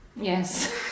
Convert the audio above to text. Yes